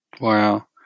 Wow